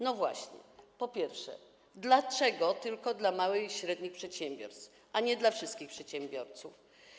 No właśnie, po pierwsze, dlaczego tylko małych i średnich przedsiębiorców, a nie wszystkich przedsiębiorców?